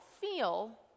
feel